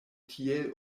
tiel